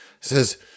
says